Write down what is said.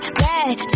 bad